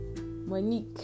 monique